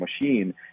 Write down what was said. machine